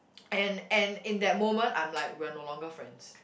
and and in that moment I'm like we are no longer friends